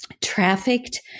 trafficked